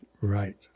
Right